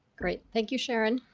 great. thank you, sharon.